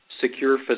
secure